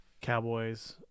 Cowboys